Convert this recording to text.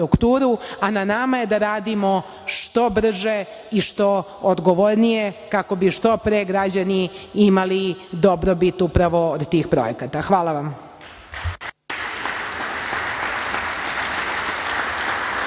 a na nama je da radimo što brže i što odgovornije kako bi što pre građani imali dobrobit upravo od tih projekata. Hvala vam. **Elvira